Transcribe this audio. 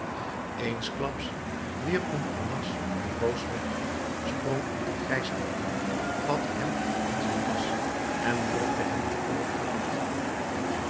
eensklaps wierp montparnasse de roos weg sprong op den grijsaard toe vatte hem in zijn das en drukte hem met alle kracht